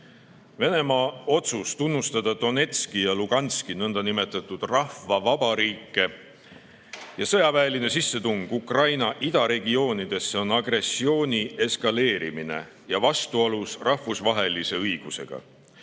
Venemaa otsus tunnustada Donetski ja Luhanski nõndanimetatud rahvavabariike ja sõjaväeline sissetung Ukraina idaregioonidesse on agressiooni eskaleerimine ja vastuolus rahvusvahelise õigusega.